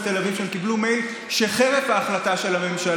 תל אביב שמדווחים שהם קיבלו מייל שחרף ההחלטה של הממשלה,